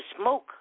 smoke